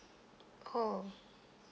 oh